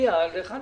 בעד הצו פה אחד